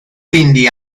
quindi